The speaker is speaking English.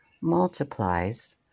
multiplies